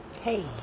Hey